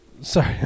sorry